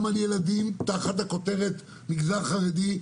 תחת הכותרת "מגזר חרדי",